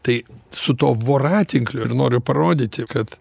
tai su tuo voratinkliu ir noriu parodyti kad